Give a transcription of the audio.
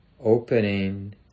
opening